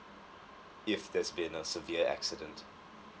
if there's been a severe accident